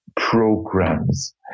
programs